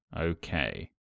Okay